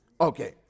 okay